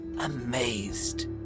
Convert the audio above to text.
amazed